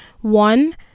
one